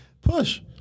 Push